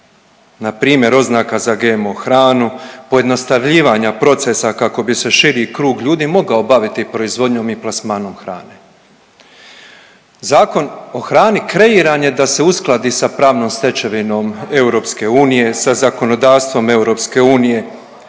Na primjer oznaka za GMO hranu, pojednostavljivanja procesa kako bi se širi krug ljudi mogao baviti proizvodnjom i plasmanom hrane. Zakon o hrani kreiran je da se uskladi sa pravnom stečevinom EU, sa zakonodavstvom EU